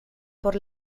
por